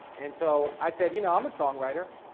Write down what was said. and so i said, you know i'm a songwriter,